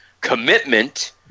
commitment